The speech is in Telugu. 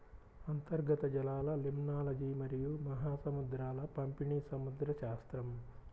అంతర్గత జలాలలిమ్నాలజీమరియు మహాసముద్రాల పంపిణీసముద్రశాస్త్రం